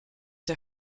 der